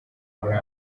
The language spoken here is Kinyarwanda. muri